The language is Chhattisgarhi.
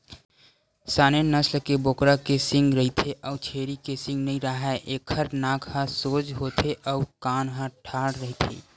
सानेन नसल के बोकरा के सींग रहिथे अउ छेरी के सींग नइ राहय, एखर नाक ह सोज होथे अउ कान ह ठाड़ रहिथे